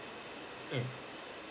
mm